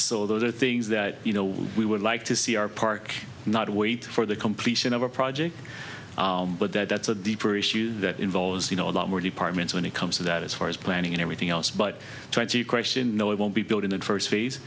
so those are things that you know we would like to see our park not wait for the completion of a project but that's a deeper issue that involves you know a lot more departments when it comes to that as far as planning and everything else but to answer your question no it won't be built in the first phase